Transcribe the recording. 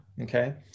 okay